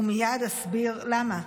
ומייד אסביר למה.